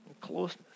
closeness